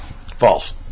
False